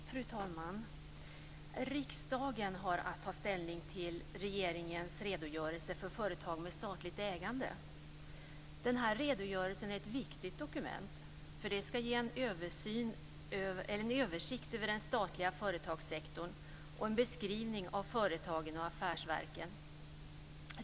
Fru talman! Riksdagen har att ta ställning till regeringens redogörelse för företag med statligt ägande. Den redogörelsen är ett viktigt dokument. Den skall ge en översikt över den statliga företagssektorn och en beskrivning av företagen och affärsverken.